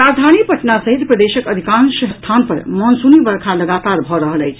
राजधानी पटना सहित प्रदेशक अधिकांश स्थान पर मॉनसूनी वर्षा लगातार भऽ रहल अछि